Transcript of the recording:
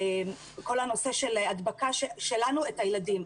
נתוני הדבקה שלנו את הילדים.